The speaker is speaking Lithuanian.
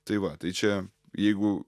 tai va tai čia jeigu